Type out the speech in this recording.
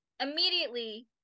immediately